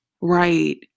right